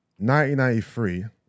1993